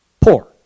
poor